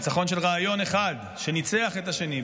ניצחון של רעיון אחד שניצח את השני?